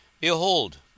Behold